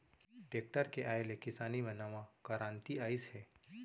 tractor के आए ले किसानी म नवा करांति आइस हे